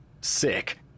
Sick